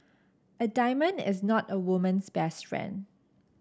a diamond is not a woman's best friend